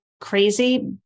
crazy